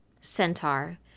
centaur